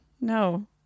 No